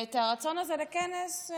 את הרצון הזה לכנס,